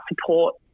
support